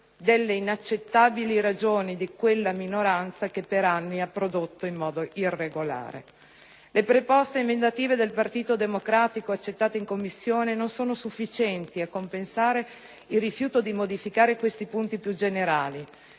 delle inaccettabili ragioni di quella minoranza che, per anni, ha prodotto in modo irregolare. Le proposte emendative del Partito Democratico accolte in Commissione non sono sufficienti a compensare il rifiuto di modificare questi punti più generali.